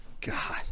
God